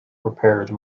prepared